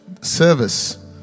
service